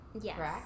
yes